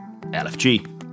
LFG